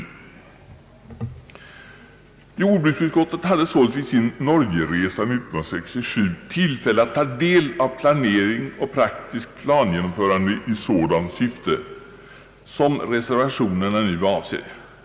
Jordbruksutskottet hade således vid sin Norgeresa år 1967 tillfälle att ta del av planering och praktiskt plangenomförande i sådant syfte som reservationen avser.